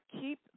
keep